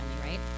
right